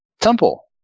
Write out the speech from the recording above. temple